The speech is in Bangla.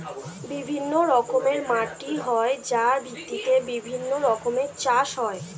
বিভিন্ন রকমের মাটি হয় যার ভিত্তিতে বিভিন্ন রকমের চাষ হয়